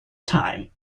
time